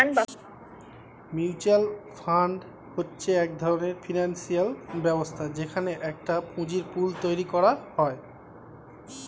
mutual fund হচ্ছে এক ধরণের ফিনান্সিয়াল ব্যবস্থা যেখানে একটা পুঁজির পুল তৈরী করা হয়